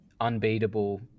unbeatable